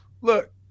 Look